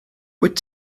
wyt